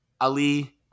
Ali –